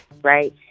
right